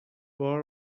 بار